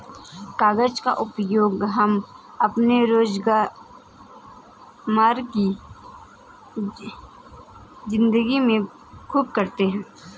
कागज का उपयोग हम अपने रोजमर्रा की जिंदगी में खूब करते हैं